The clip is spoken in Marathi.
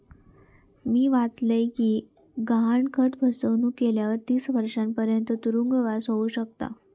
मी वाचलय कि गहाणखत फसवणुक केल्यावर तीस वर्षांपर्यंत तुरुंगवास होउ शकता